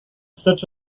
such